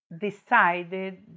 decided